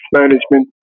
management